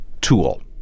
Tool